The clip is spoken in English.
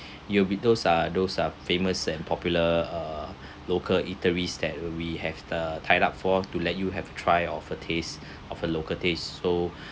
you will be those are those are famous and popular uh local eateries that we have the tied up for to let you have try of a taste of a local tastes so